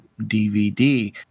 DVD